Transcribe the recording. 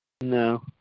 No